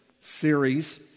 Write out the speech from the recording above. series